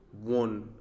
one